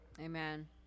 Amen